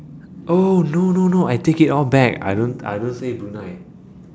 oh no no no I take it all back I don't I don't say Brunei